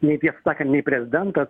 nei tiesą sakant nei prezidentas